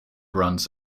runs